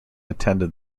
attended